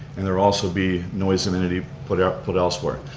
and there'll also be noise amenity put ah put elsewhere.